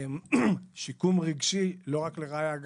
שיקום רגשי לא רק לרעיה,